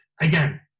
again